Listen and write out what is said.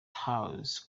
houses